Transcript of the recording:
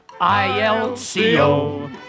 I-L-C-O